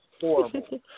horrible